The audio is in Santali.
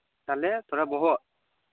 ᱛᱟᱦᱞᱮ ᱛᱷᱚᱲᱟ ᱵᱚᱦᱚᱜ